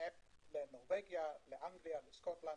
נפט לנורבגיה, לאנגליה - לסקוטלנד.